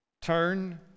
turn